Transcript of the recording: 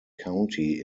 county